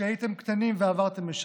כשהייתם קטנים ועברתם לשם.